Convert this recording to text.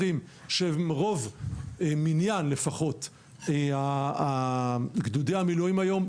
שהם רוב מניין גדודי המילואים היום,